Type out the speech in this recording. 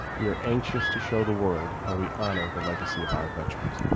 we are anxious to show the world how we honor the legacy of our veterans.